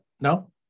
No